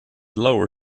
lower